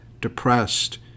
depressed